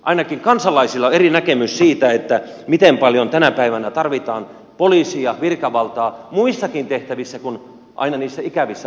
ainakin kansalaisilla on eri näkemys siitä miten paljon tänä päivänä tarvitaan poliisia virkavaltaa muissakin tehtävissä kuin aina niissä ikävissä asioissa